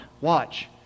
Watch